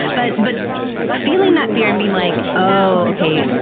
but but feeling that fear and being like, oh, okay,